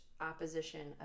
opposition